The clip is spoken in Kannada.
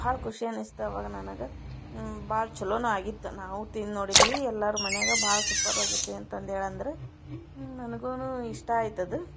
ಭಾಳ ಖುಷಿ ಅನ್ನಿಸ್ತು ಆವಾಗ ನನಗೆ ಭಾಳ ಚಲೋನು ಆಗಿತ್ತು ನಾವು ತಿಂದು ನೋಡಿದ್ವಿ ಎಲ್ಲಾರು ಮನ್ಯಾಗೆ ಭಾಲ ಸುಪ್ಪರಾಗೈತೆ ಅಂತಂದೇಳಿ ಅಂದ್ರು ನನಗುನೂ ಇಷ್ಟ ಆಯ್ತದು